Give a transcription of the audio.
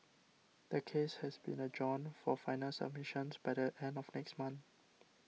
the case has been adjourned for final submissions by the end of next month